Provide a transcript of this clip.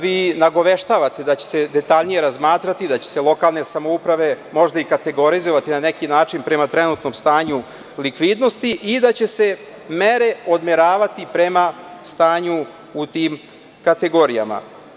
Vi nagoveštavate da će se detaljnije razmatrati, da će se lokalne samouprave možda i kategorizovati na neki način prema trenutnom stanju likvidnosti i da će se mere odmeravati prema stanju u tim kategorijama.